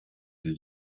les